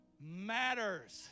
matters